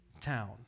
town